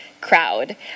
crowd